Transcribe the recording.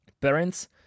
parents